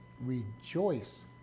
rejoice